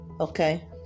okay